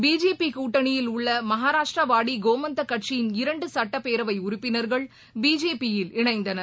பிஜேபிகூட்டணியில் கோவாவில் உள்ளமகாராஷ்ட்ராவாடிகோவந்தக் கட்சியின் இரண்டுசட்டப்பேரவைஉறுப்பினர்கள் பிஜேபியில் இணைந்தனர்